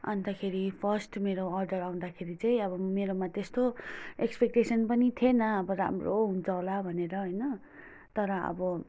अन्तखेरि फर्स्ट मेरो अर्डर आउँदाखेरि चाहिँ अब मेरोमा त्यस्तो एक्स्पेक्टेसन पनि थिएन अब राम्रो हुन्छ होला भनेर होइन तर अब